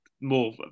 more